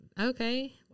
okay